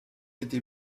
été